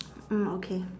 mm okay